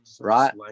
right